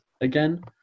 again